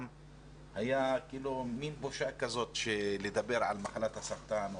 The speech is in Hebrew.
היה כאילו מין בושה כזאת לדבר על מחלת הסרטן,